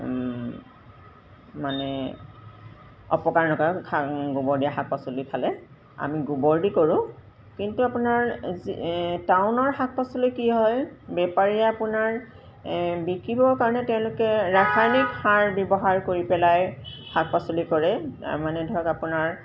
মানে অপকাৰ নকৰে গোবৰ দিয়া শাক পাচলি খালে আমি গোবৰ দি কৰোঁ কিন্তু আপোনাৰ যি টাউনৰ শাক পাচলি কি হয় বেপাৰীয়ে আপোনাৰ বিকিবৰ কাৰণে তেওঁলোকে ৰাসায়নিক সাৰ ব্যৱহাৰ কৰি পেলাই শাক পাচলি কৰে মানে ধৰক আপোনাৰ